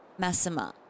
Massima